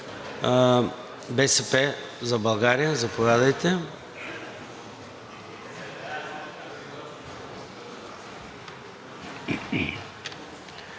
„БСП за България“, заповядайте.